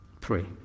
Pray